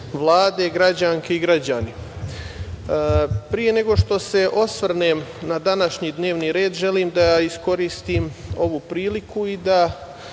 Vlade, građanke i građani, pre nego što se osvrnem na današnji dnevni red želim da iskoristim ovu priliku i da